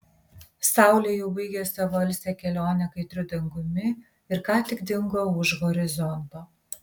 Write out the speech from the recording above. saulė jau baigė savo alsią kelionę kaitriu dangumi ir ką tik dingo už horizonto